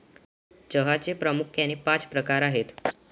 चहाचे प्रामुख्याने पाच प्रकार आहेत